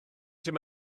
sydd